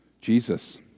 Jesus